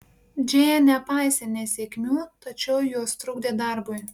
džėja nepaisė nesėkmių tačiau jos trukdė darbui